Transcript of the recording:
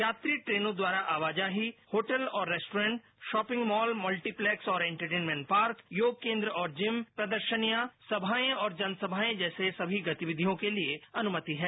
यात्री ट्रेनों द्वारा आवाजाही होटल और restaurant shopping mall multiplex entertainment park और योग केंद्र और जिम प्रदर्शनियां सभाएं और जनसभाएं जैसी सभी गतिविधियों के लिए अनुमति हैं